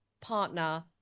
partner